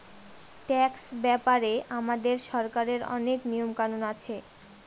tax ব্যাপারে আমাদের সরকারের অনেক নিয়ম কানুন আছে